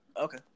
Okay